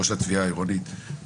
ראש התביעה העירונית.